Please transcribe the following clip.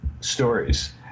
stories